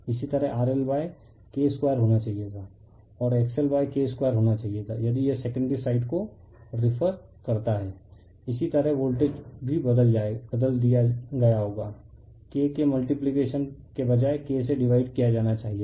इसी तरह R L K 2 होना चाहिए था और X L K 2 होना चाहिए था यदि यह सेकेंडरी साइड को रिफर करता है इसी तरह वोल्टेज भी बदल दिया गया होगा K के मल्टीप्लिकेशन के बजाय K से डिवाइड किया जाना चाहिए था